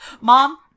Mom